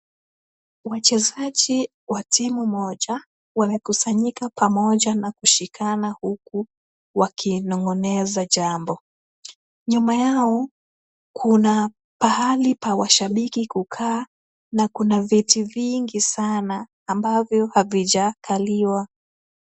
Wachezaji wa timu moja wamekusanyika pamoja na kushikana huku wakinong'oneza jambo. Nyuma yao, kuna pahali pa washabiki kukaa, na kuna viti vingi sana ambavyo havijakaliwa.